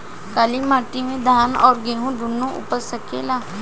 काली माटी मे धान और गेंहू दुनो उपज सकेला?